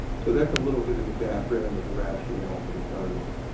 so that's a little bit of the background of the rationale for the time line.